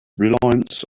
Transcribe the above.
reliance